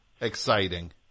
exciting